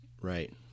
Right